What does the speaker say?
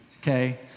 okay